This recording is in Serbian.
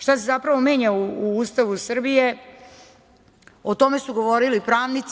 Šta se zapravo menja u Ustavu Srbije, o tome su govorili pravnici.